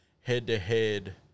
head-to-head